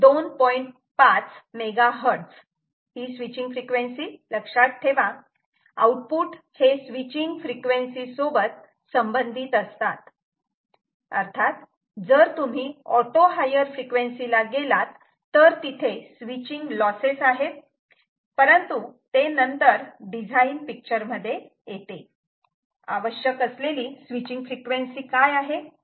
5 MHz switching frequency लक्षात ठेवा output हे स्विचींग फ्रिक्वेन्सी सोबत संबंधित असतात अर्थात जर तुम्ही ऑटो हायर फ्रिक्वेन्सी ला गेलात तर तिथे स्विचींग लॉसेस आहेत परंतु ते नंतर डिझाईन पिक्चर मध्ये येते आवश्यक असलेली स्विचींग फ्रिक्वेन्सी काय आहे